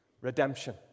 Redemption